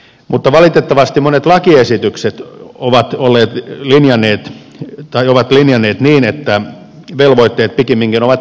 mutta valitettavasti monet lakiesitykset ovat olleet hänelle ja tai ovat linjanneet niin että velvoitteet pikimminkin ovat kasvaneet